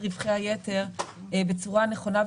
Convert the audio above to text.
ברגע שמוגש הדוח לאותה שנה,